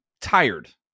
tired